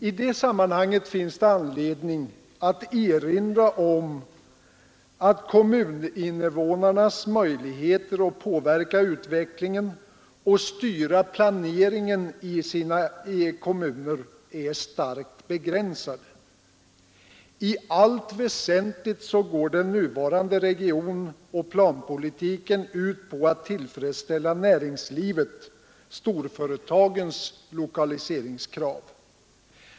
I det sammanhanget finns det anledning att erinra om att kommuninvånarnas möjligheter att påverka utvecklingen och styra planeringen i sina kommuner är starkt begränsade. I allt väsentligt går den nuvarande regionoch planpolitiken ut på att tillfredsställa näringslivets/storföretagens lokaliseringskrav.